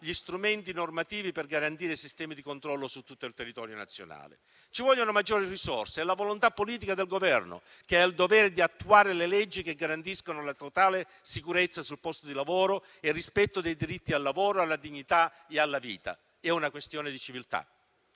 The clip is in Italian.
gli strumenti normativi per garantire sistemi di controllo su tutto il territorio nazionale. Servono maggiori risorse e la volontà politica del Governo, che ha il dovere di attuare le leggi che garantiscono la totale sicurezza sul posto di lavoro e il rispetto dei diritti al lavoro, alla dignità e alla vita. È una questione di civiltà.